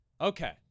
Okay